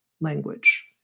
language